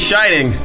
Shining